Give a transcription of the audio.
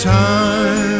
time